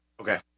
okay